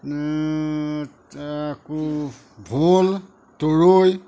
তে আকৌ ভোল তৰৈ